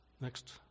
Next